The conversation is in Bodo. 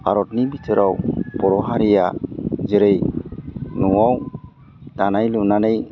भारतनि भिथोराव बर' हारिया जेरै न'आव दानाय लुनानै